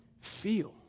feel